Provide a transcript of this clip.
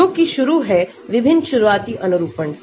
जो कि शुरू है विभिन्न शुरुआती अनुरूपण से